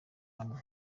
hamwe